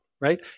right